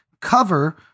cover